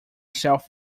self